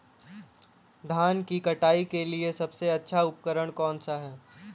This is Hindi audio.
धान की कटाई के लिए सबसे अच्छा उपकरण कौन सा है?